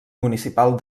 municipal